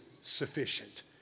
sufficient